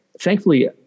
thankfully